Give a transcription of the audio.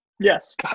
Yes